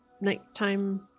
nighttime